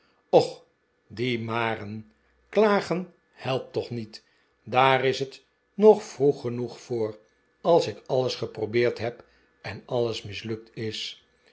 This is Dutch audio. och die maren klagen helpt toch niet daar is het nog vroeg genoeg voor als ik alles geprobeerd heb en alles mislukt is